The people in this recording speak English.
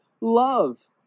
love